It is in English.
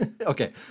Okay